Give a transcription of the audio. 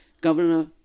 Governor